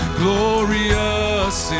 glorious